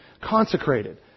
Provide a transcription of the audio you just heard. Consecrated